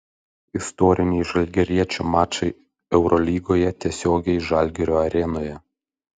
istoriniai žalgiriečių mačai eurolygoje tiesiogiai žalgirio arenoje